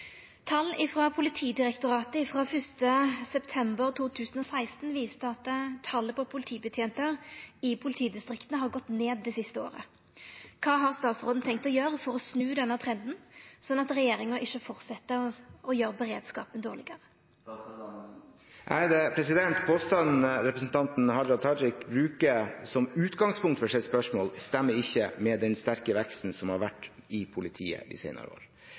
Tal frå POD 1. september 2016 viste at talet på politibetjentar i politidistrikta har gått ned det siste året. Kva har statsråden tenkt å gjere for å snu denne trenden, slik at regjeringa ikkje fortset å gjere beredskapen dårlegare?» Påstanden representanten Hadia Tajik bruker som utgangspunkt for sitt spørsmål, stemmer ikke med den sterke veksten som har vært i politiet